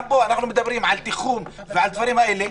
גם פה אנחנו מדברים על תיחום ועל הדברים האלה.